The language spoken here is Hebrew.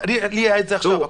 לי היה את זה עכשיו.